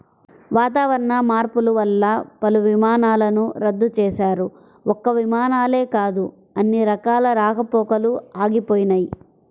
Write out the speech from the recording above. వాతావరణ మార్పులు వల్ల పలు విమానాలను రద్దు చేశారు, ఒక్క విమానాలే కాదు అన్ని రకాల రాకపోకలూ ఆగిపోయినయ్